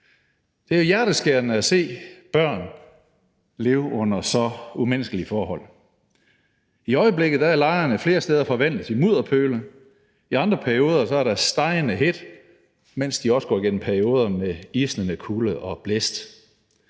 Det er hjerteskærende at se børn leve under så umenneskelige forhold. I øjeblikket er lejrene flere steder forvandlet til mudderpøle; i nogle perioder er der stegende hedt, og i andre er der isnende kulde og blæst.